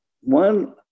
one